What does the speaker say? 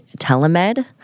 telemed